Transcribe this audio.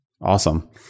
Awesome